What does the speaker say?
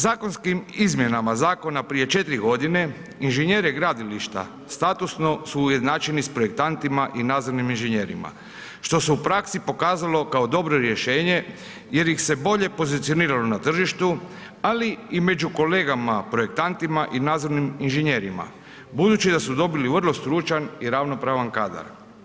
Zakonskim izmjenama zakona prije 4 godine inženjere gradilišta statusno su ujednačeni s projektantima i nadzornim inženjerima, što se u praksi pokazalo kao dobro rješenje jer ih se bolje pozicioniralo na tržištu, ali i među kolegama projektantima i nadzornim inženjerima, budući da su dobili vrlo stručan i ravnopravan kadar.